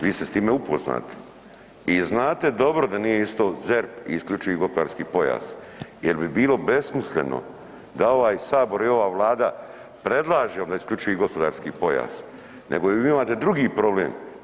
Vi ste s time upoznati i znate dobro da nije isto ZERP i isključivi gospodarski pojas, jer bi bilo besmisleno da ovaj Sabor i ova Vlada predlaže isključivi gospodarski pojas, nego vi imate drugi problem.